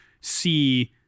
see